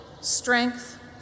strength